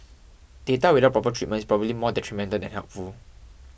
data without proper treatment is probably more detrimental than than helpful